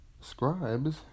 Scribes